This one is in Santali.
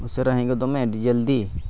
ᱩᱥᱟᱹᱨᱟ ᱦᱮᱡ ᱜᱚᱫᱚᱜ ᱢᱮ ᱟᱹᱰᱤ ᱡᱚᱞᱫᱤ